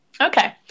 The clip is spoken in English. Okay